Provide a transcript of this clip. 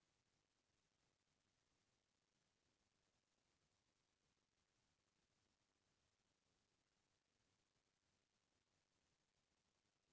जेन गाड़ी ले मनखे ह ठोंकाय हे अउ ओकर बीमा हवय अइसन म ओकर क्लेम ल बीमा कंपनी ह वहन करथे